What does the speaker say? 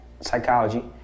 psychology